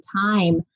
time